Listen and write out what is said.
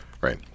Right